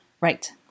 Right